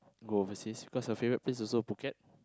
go overseas cause her favourite place also Phuket